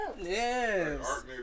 yes